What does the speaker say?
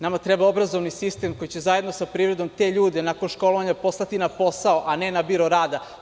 Nama treba obrazovni sistem koji će zajedno sa privredom te ljude nakon školovanja poslati na posao, a ne na biro rada.